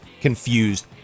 confused